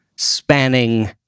spanning